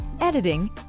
editing